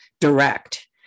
direct